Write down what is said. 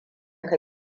ka